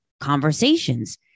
conversations